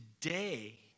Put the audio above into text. today